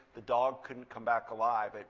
the dog couldn't come back alive.